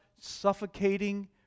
suffocating